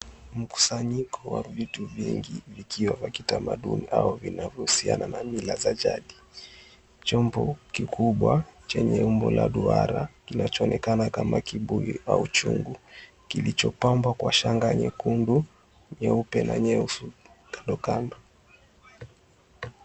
Mkusanyiko wa vitu vingi vikiwa vya kitamaduni au vinavuo husiana na mila za jagi, chombo kikubwa chenye umbo la duara kinacho onekana kama kibuyu au chungu kilichopambwa kwa shanga nyekundu, nyeupe na nyeusi kando kando.